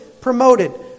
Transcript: promoted